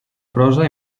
prosa